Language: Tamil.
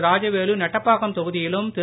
ராஜவேலு நெட்டப்பாக்கம் தொகுதியிலும் திரு